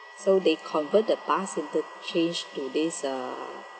so they convert the bus interchange to this ah